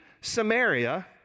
Samaria